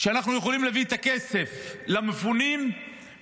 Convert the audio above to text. שאנחנו יכולים להביא את הכסף למפונים וגם